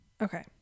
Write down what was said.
Okay